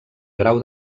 grau